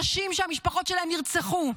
אנשים שהמשפחות שלהם נרצחו,